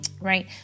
right